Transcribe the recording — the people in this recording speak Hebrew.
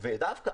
ודווקא,